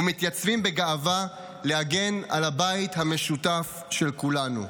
ומתייצבים בגאווה להגן על הבית המשותף של כולנו.